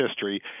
history